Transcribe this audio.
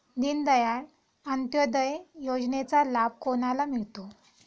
दीनदयाल अंत्योदय योजनेचा लाभ कोणाला मिळतो?